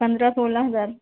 पन्द्रह सोलह हज़ार